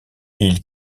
ils